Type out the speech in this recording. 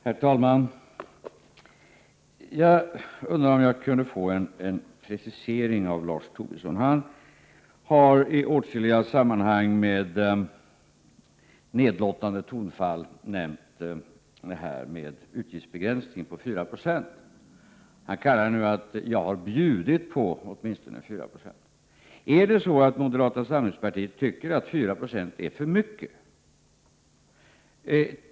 Herr talman! Jag undrar om jag kan få en precisering av Lars Tobisson. Han har i åtskilliga sammanhang i nedlåtande tonfall nämnt utgiftsbegränsningen på 4 96. Han säger nu att jag har ”bjudit på” åtminstone 4 96. Är det 45 så att moderata samlingspartiet tycker att 4 96 är för mycket?